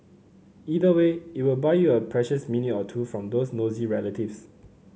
either way it will buy you a precious minute or two from those nosy relatives